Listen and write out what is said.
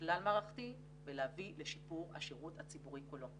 כלל-מערכתי ולהביא לשיפור השירות הציבורי כולו.